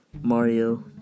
Mario